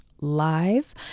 live